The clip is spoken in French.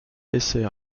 essaie